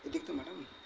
madam